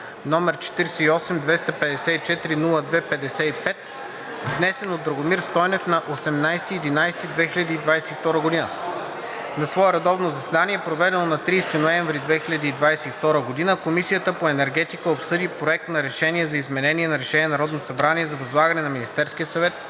№ 48-254-02-55, внесен от Драгомир Стойнев на 18 ноември 2022 г. На свое редовно заседание, проведено на 30 ноември 2022 г., Комисията по енергетика обсъди Проект на решение за изменение на Решение на Народното събрание за възлагане на Министерския съвет